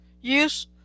use